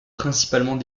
principalement